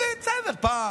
בסדר, פעם